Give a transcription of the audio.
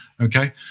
Okay